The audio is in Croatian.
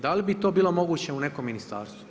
Da li bi to bilo moguće u nekom ministarstvu?